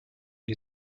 die